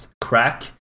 crack